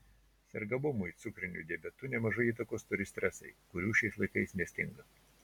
sergamumui cukriniu diabetu nemažai įtakos turi stresai kurių šiais laikais nestinga